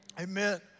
amen